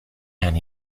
and